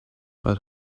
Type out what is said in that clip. but